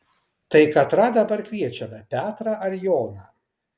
tai katrą dabar kviečiame petrą ar joną